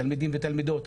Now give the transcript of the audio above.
תלמידים ותלמידות,